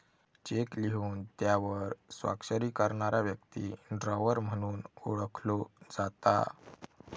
check लिहून त्यावर स्वाक्षरी करणारा व्यक्ती ड्रॉवर म्हणून ओळखलो जाता